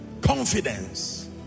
Confidence